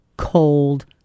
Cold